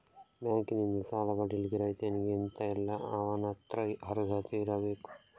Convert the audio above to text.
Bank ನಿಂದ ಸಾಲ ಪಡಿಲಿಕ್ಕೆ ರೈತನಿಗೆ ಎಂತ ಎಲ್ಲಾ ಅವನತ್ರ ಅರ್ಹತೆ ಬೇಕು?